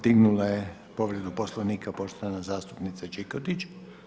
Dignula je povredu poslovnika poštovana zastupnica Čikotić.